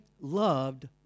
loved